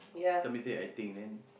somebody say I think then